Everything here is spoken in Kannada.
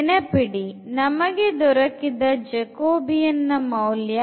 ನೆನಪಿಡಿ ನಮಗೆ ದೊರಕಿದ jacobianನ ಮೌಲ್ಯ